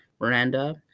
Miranda